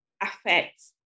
affects